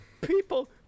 People